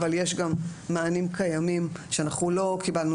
אבל יש גם מענים קיימים שאנחנו לא קיבלנו